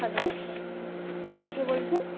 hello হ্যাঁ কে বলছেন